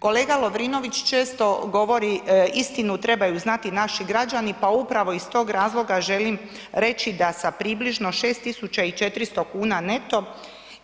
Kolega Lovrinović često govori istinu, trebaju znati naši građani, pa upravo iz tog razloga želim reći da sa približno 6400 kuna neto